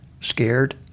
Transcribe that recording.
scared